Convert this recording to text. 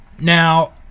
Now